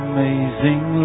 Amazing